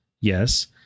Yes